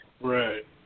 Right